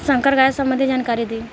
संकर गाय संबंधी जानकारी दी?